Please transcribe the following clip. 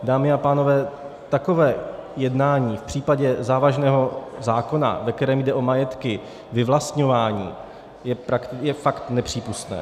Dámy a pánové, takové jednání v případě závažného zákona, ve kterém jde o majetky, vyvlastňování, je fakt nepřípustné.